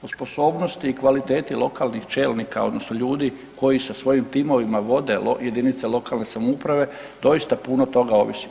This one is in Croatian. O sposobnosti i kvaliteti lokalnih čelnika odnosno ljudi koji sa svojim timovima vode jedinice lokalne samouprave, doista puno toga ovisi.